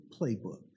playbook